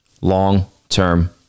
long-term